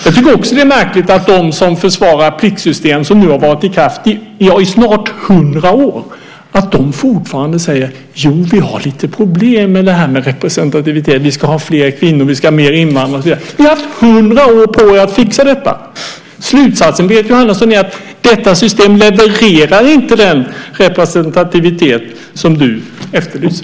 Jag tycker också att det är märkligt att de som försvarar ett pliktsystem som nu har varit i kraft i snart 100 år fortfarande säger: Jo, vi har lite problem med representativiteten. Vi ska ha fler kvinnor, vi ska ha fler invandrare och så vidare. Ni har haft 100 år på er att fixa detta. Slutsatsen, Berit Jóhannesson, är att detta system inte levererar den representativitet som du efterlyser.